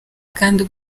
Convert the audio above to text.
kandi